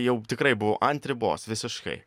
jau tikrai buvau ant ribos visiškai